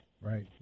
Right